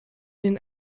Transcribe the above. den